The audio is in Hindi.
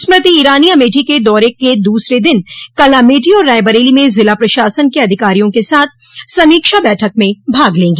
स्मृति ईरानी अमेठी दौरे के दूसरे दिन कल अमेठी और रायबरेली में जिला प्रशासन के अधिकारियों के साथ समीक्षा बैठक में भाग लेगी